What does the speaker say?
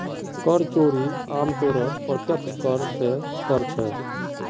कर चोरी आमतौरत प्रत्यक्ष कर स कर छेक